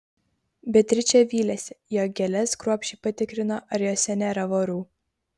beatričė vylėsi jog gėles kruopščiai patikrino ar jose nėra vorų